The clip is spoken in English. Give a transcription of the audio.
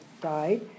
died